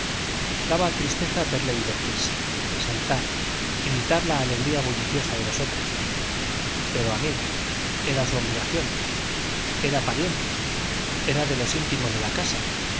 daba tristeza verle divertirse saltar imitar la alegría bulliciosa de los otros pero amigo era su obligación era pariente era de los íntimos de la casa